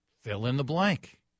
fill-in-the-blank